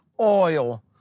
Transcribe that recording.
oil